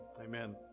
amen